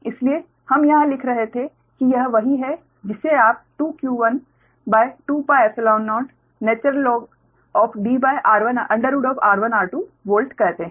इसलिए हम यहां लिख रहे थे कि यह वही है जिसे आप 2q12πϵ0 InDr1r2 वोल्ट कहते हैं